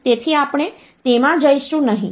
તેથી આપણે તેમાં જઈશું નહીં